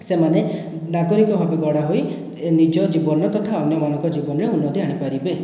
ସେମାନେ ନାଗରିକ ଭାବେ ଗଢ଼ା ହୋଇ ନିଜ ଜୀବନ ତଥା ଅନ୍ୟମାନଙ୍କ ଜୀବନରେ ଉନ୍ନତି ଆଣିପାରିବେ